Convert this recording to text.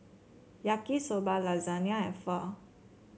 Yaki Soba Lasagna and Pho